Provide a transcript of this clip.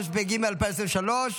התשפ"ג 2023,